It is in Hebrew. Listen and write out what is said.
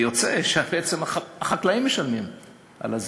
ויוצא שבעצם החקלאים משלמים על הזיהום.